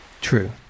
True